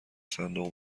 صندوق